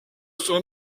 son